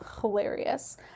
hilarious